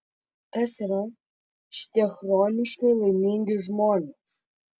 kas yra šitie chroniškai laimingi žmonės